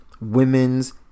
women's